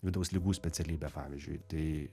vidaus ligų specialybę pavyzdžiui tai